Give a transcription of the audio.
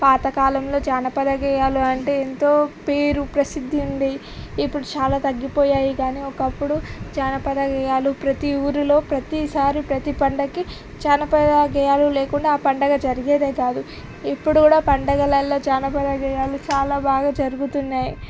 పాత కాలంలో జానపద గేయాలు అంటే ఎంతో పేరు ప్రసిద్ధి ఉంది ఇప్పుడు చాలా తగ్గిపోయాయి కానీ ఒకప్పుడు జానపద గేయాలు ప్రతీ ఊరిలో ప్రతీ సారి ప్రతి పండుగకి జానపద గేయాలు లేకుండా ఆ పండగ జరిగేదే కాదు ఇప్పుడు కూడా పండగలల్లో జానపద గేయాలు చాలా బాగా జరుగుతున్నాయి